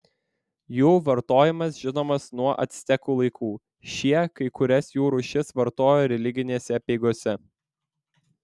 jų vartojimas žinomas nuo actekų laikų šie kai kurias jų rūšis vartojo religinėse apeigose